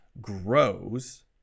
grows